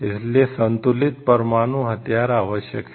इसलिए संतुलित परमाणु हथियार आवश्यक है